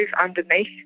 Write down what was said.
underneath